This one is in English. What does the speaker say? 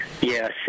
Yes